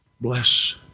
Bless